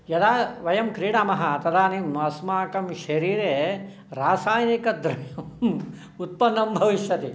यदा वयं क्रीडामः तदानीम् अस्माकं शरीरे रासायनिकद्रव्यं उत्पन्नं भविष्यति